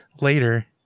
later